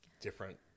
different